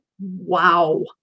wow